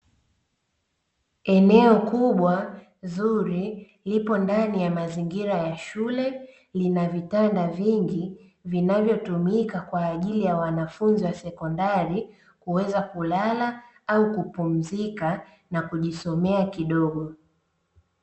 Eneo kubwa zuri lipo ndani ya mazingira ya shule, lina vitanda vingi, vinavyotumika kwa ajili ya wanafunzi wa sekondari kuweza kulala au kupumzika, na kujisomea kidogo.